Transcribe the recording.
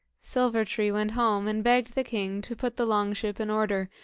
silver-tree went home, and begged the king to put the long-ship in order,